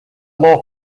law